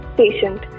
patient